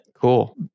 cool